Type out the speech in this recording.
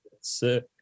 sick